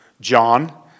John